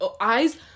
eyes